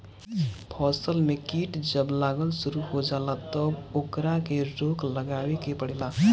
फसल में कीट जब लागल शुरू हो जाला तब ओकरा के रोक लगावे के पड़ेला